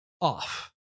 off